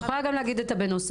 את יכולה גם להגיד את הבנוסף.